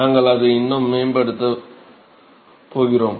நாங்கள் அதை இன்னும் மேம்படுத்தப் போகிறோம்